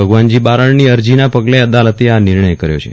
ભગવાનજી બારડની અરજીના પગલે અદાલતે આ નિર્ણય કર્યો છે